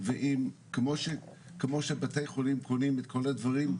ועם כמו שבתי חולים קונים את כל הדברים,